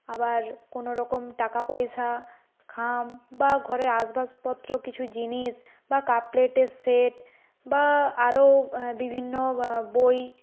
আবার কোনওরকম টাকা পয়সার খাম বা ঘরের আসবাবপত্র কিছু জিনিস বা কাপ প্লেটের সেট বা আরও বিভিন্ন বই